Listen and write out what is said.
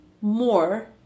more